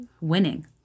Winning